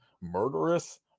murderous